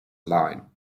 line